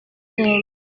cyenda